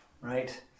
right